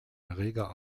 erreger